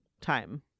Time